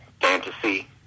fantasy